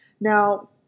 now